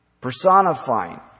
Personifying